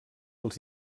als